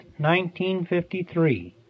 1953